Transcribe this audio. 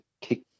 kick –